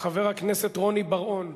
חבר הכנסת רוני בר-און.